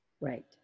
Right